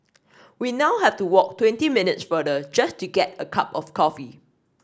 we now have to walk twenty minutes farther just to get a cup of coffee